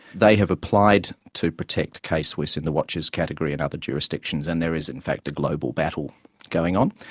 they have applied to protect k-swiss in the watches category in other jurisdictions, and there is in fact a global battle going on.